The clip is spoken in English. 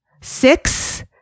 Six